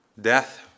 death